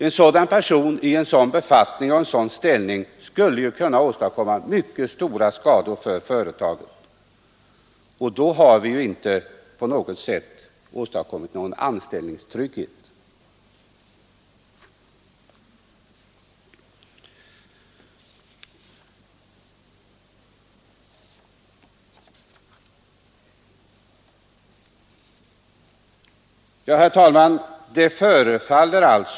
En person i en sådan befattning skulle kunna åstadkomma mycket stora skador för företaget. Därmed har vi inte på något sätt åstadkommit någon anställningstrygghet för övriga anställda inom företaget. Herr talman!